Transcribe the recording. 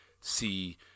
see